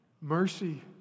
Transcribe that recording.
mercy